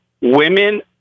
women